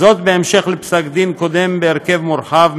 בהמשך לפסק דין קודם בהרכב מורחב,